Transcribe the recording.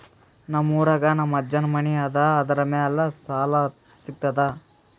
ನಮ್ ಊರಾಗ ನಮ್ ಅಜ್ಜನ್ ಮನಿ ಅದ, ಅದರ ಮ್ಯಾಲ ಸಾಲಾ ಸಿಗ್ತದ?